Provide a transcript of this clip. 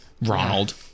Ronald